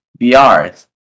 VR